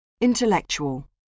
Intellectual